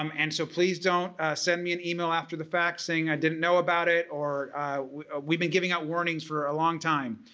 um and so please don't send me an email after the fact saying i didn't know about it. we've been giving out warnings for a long time.